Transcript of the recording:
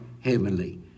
heavenly